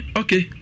okay